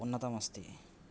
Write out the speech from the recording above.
उन्नतम् अस्ति